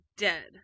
Dead